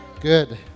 Good